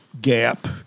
gap